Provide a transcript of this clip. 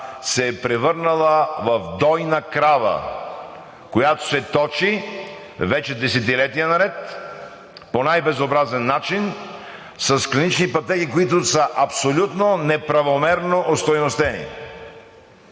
се е превърнала в дойна крава, която се точи вече десетилетия наред по най-безобразен начин с клинични пътеки, които са абсолютно неправомерно остойностени,